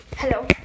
Hello